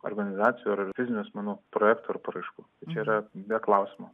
organizacijų ar fizinių asmenų projektų ar paraiškų čia yra be klausimo